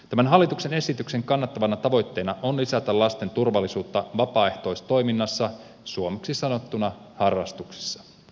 tämän hallituksen esityksen kannattavana tavoitteena on lisätä lasten turvallisuutta vapaaehtoistoiminnassa suomeksi sanottuna harrastuksissa